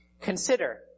Consider